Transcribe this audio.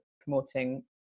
promoting